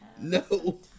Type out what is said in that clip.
no